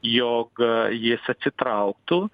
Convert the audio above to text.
jog jis atsitrauktų